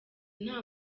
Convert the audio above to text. nta